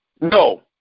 No